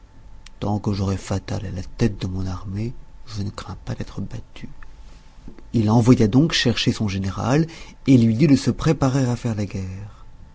tant que j'aurai fatal à la tête de mon armée je ne crains pas d'être battu il envoya donc chercher son général et lui dit de se préparer à faire la guerre